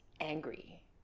angry